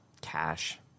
cash